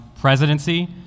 presidency